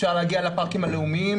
אפשר להגיע לפארקים הלאומיים,